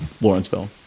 Lawrenceville